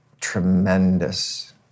tremendous